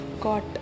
got